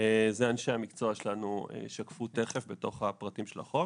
אנשי המקצוע שלנו ישקפו בתוך החוק.